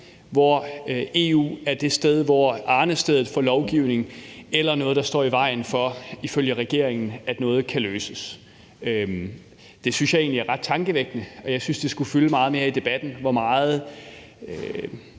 hvor EU er arnestedet for lovgivning eller det sted, der ifølge regeringen står i vejen for, at noget kan løses. Det synes jeg egentlig er ret tankevækkende, og jeg synes, det skulle fylde meget mere i debatten, hvor meget